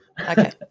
Okay